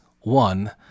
One